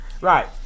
Right